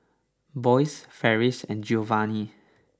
Boyce Farris and Giovani